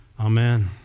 Amen